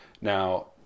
Now